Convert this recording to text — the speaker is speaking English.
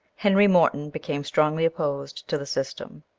henry morton became strongly opposed to the system.